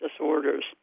disorders